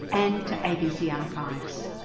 and to abc archives.